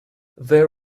there